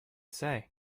say